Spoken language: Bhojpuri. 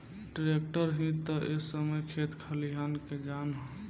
ट्रैक्टर ही ता ए समय खेत खलियान के जान ह